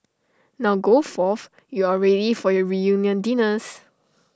now go forth you are ready for your reunion dinners